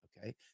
Okay